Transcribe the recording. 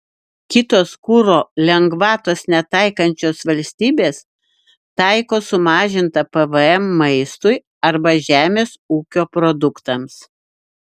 kitos kuro lengvatos netaikančios valstybės taiko sumažintą pvm maistui arba žemės ūkio produktams